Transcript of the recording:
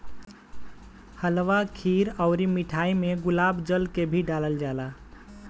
हलवा खीर अउर मिठाई में गुलाब जल के भी डलाल जाला